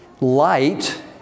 Light